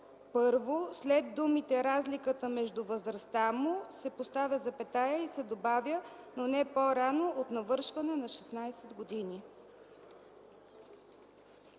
първо след думите „разликата между възрастта му” се поставя запетая и се добавя „но не по-рано от навършване на 16 години”.”